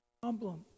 problem